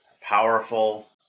powerful